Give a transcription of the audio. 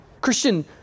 Christian